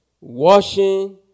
washing